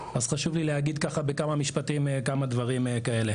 אז חשוב לי להגיד כמה דברים כאלה.